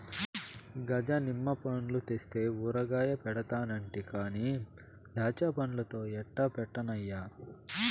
గజ నిమ్మ పండ్లు తెస్తే ఊరగాయ పెడతానంటి కానీ దాచ్చాపండ్లతో ఎట్టా పెట్టన్నయ్యా